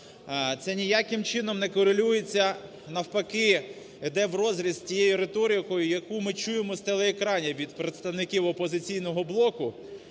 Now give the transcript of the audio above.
Це ніяким чином не корелюється, навпаки йде врозріз з тією риторикою, яку ми чуємо з телеекранів від представників "Опозиційного блоку",